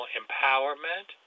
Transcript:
empowerment